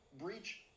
breach